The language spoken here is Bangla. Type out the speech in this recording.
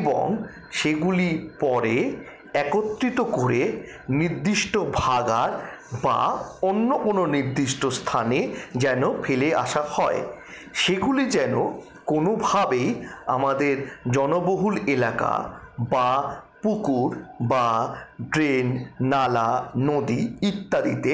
এবং সেগুলি পরে একত্রিত করে নির্দিষ্ট ভাগাড় বা অন্য কোনো নির্দিষ্ট স্থানে যেন ফেলে আসা হয় সেগুলি যেন কোনোভাবেই আমাদের জনবহুল এলাকা বা পুকুর বা ড্রেন নালা নদী ইত্যাদিতে